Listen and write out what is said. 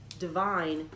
divine